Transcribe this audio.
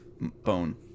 bone